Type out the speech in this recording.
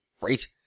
Great